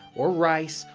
or rice,